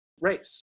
race